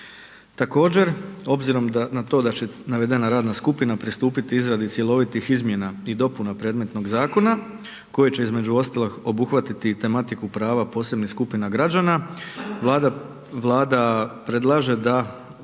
Također obzirom na to da će navedena radna skupina pristupiti izradi cjelovitih izmjena i dopuna predmetnog zakona koje će između ostalog obuhvatiti i tematiku prava posebnih skupina građana Vlada predlaže da,